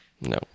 No